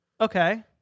Okay